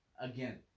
again